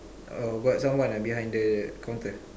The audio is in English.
uh got someone ah behind the counter